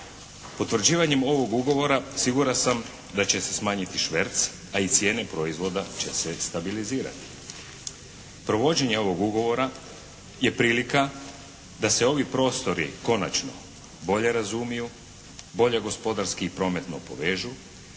Potvrđivanjem ovog ugovora siguran sam da će se smanjiti šverc, a i cijene proizvoda će se stabilizirati. Provođenje ovog ugovora je prilika da se ovi prostori konačno bolje razumiju, bolje gospodarski i prometno povežu,